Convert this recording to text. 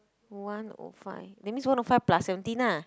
one O five that means one O five plus seventeen ah